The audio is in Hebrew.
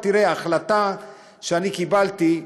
ההחלטה שאני קיבלתי,